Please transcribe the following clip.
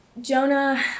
Jonah